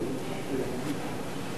מצליחים להתגבר על כל הדברים.